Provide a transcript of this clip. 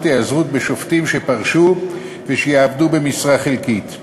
היעזרות בשופטים שפרשו ושיעבדו במשרה חלקית.